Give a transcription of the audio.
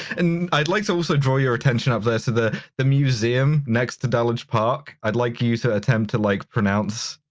and i'd like to also draw your attention up there to the the museum next to dulwich park, i'd like you to attempt to like pronounce.